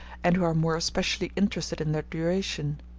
and who are more especially interested in their duration.